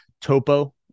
Topo